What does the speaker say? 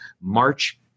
March